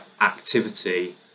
activity